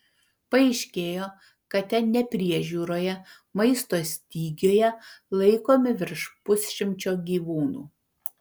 paaiškėjo kad ten nepriežiūroje maisto stygiuje laikomi virš pusšimčio gyvūnų